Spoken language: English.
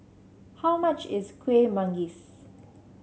how much is Kuih Manggis